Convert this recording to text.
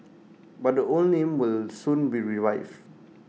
but the old name will soon be revived